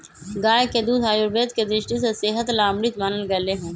गाय के दूध आयुर्वेद के दृष्टि से सेहत ला अमृत मानल गैले है